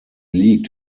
liegt